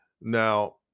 Now